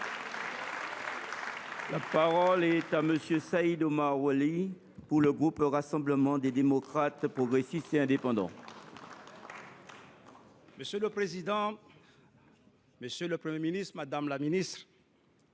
La parole est à M. Saïd Omar Oili, pour le groupe Rassemblement des démocrates, progressistes et indépendants. Monsieur le président, monsieur le Premier ministre, madame la ministre